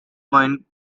point